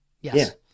Yes